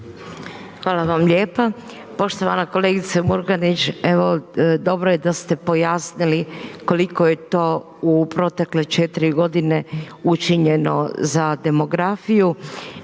Hvala vam lijepa. Poštovana kolegice Murganić. Evo dobro je da ste pojasnili koliko je to u protekle četiri godine učinjeno za demografiju,